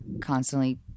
constantly –